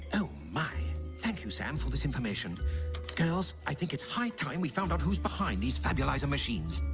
oh, my thank you sam for this information girls i think it's high time we found out who's behind these fabulous on machines.